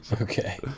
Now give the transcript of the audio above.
okay